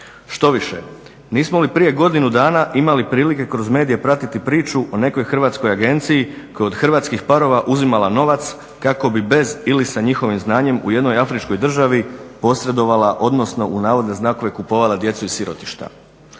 Štoviše nismo li prije godinu dana imali prilike kroz medije pratiti priču o nekoj hrvatskoj agenciji koja je od hrvatskih parova uzimala novac kako bi bez ili sa njihovim znanjem u jednoj afričkoj državi posredovala odnosno u navodne znakove "kupovala djecu" iz sirotišta.